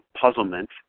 puzzlement